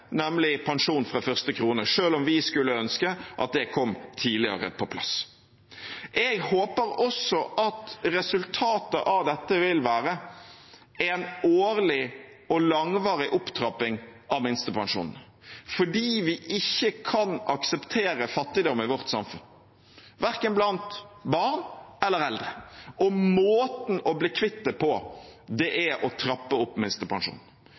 nemlig pensjon fra første krone, selv om vi skulle ønske at det kom på plass tidligere. Jeg håper også at resultatet av dette vil være en årlig og langvarig opptrapping av minstepensjonen, for vi kan ikke akseptere fattigdom i vårt samfunn, verken blant barn eller eldre. Måten å bli kvitt det på er å trappe opp minstepensjonen.